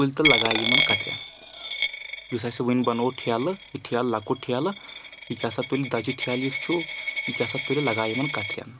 تُلہِ تہٕ لگایہِ یِمَن کترٮ۪ن یُس اَسہِ وٕنہِ بنوو ٹھیلہٕ یہِ ٹھیلہٕ لکُٹ ٹھیلہٕ یہِ کیاہ سہَ تُلہِ دَجہِ ٹھیلہٕ یُس چھُ یہِ کیاہ سہَ تُلہِ لگایہِ یِمَن کَترٮ۪ن